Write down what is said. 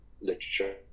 literature